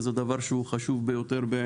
וזה דבר מאוד חשוב בעיניי.